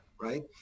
right